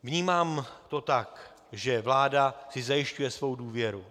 Vnímám to tak, že vláda si zajišťuje svou důvěru.